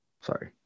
Sorry